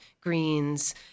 greens